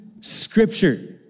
Scripture